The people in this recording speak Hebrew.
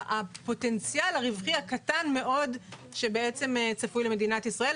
הפוטנציאל הרווחי הקטן מאוד שצפוי למדינת ישראל.